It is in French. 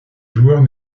joueurs